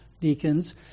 deacons